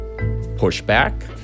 pushback